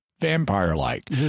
vampire-like